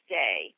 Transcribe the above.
day